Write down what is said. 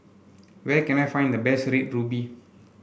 where can I find the best Red Ruby